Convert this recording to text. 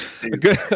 good